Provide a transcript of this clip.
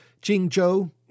Jingzhou